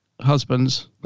Husbands